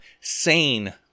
SANE